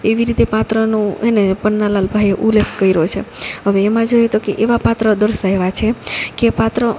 એવી રીતે પાત્રનો એને પન્નાલાલ ભાઈએ ઉલેખ કયરો છે હવે એમાં જોઈએ તો કે એવા પાત્રો દર્શાવ્યા છે કે પાત્ર